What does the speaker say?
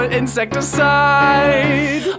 insecticide